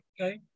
okay